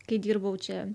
kai dirbau čia